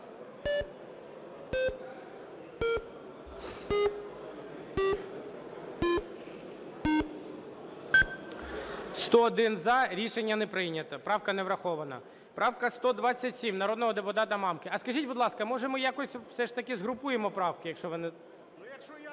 За-101 Рішення не прийнято. Правка не врахована. Правка 127, народного депутата Мамки. А скажіть, будь ласка, може ми якось все ж таки згрупуємо правки? 11:16:52